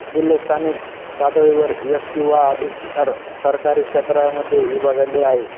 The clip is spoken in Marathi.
जिल्हे स्थानिक पातळीवर एक किंवा अधिक सर सरकारी क्षेत्रामध्ये विभागले आहे